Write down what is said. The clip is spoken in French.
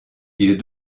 ils